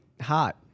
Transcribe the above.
hot